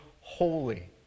holy